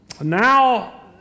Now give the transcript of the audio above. Now